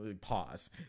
pause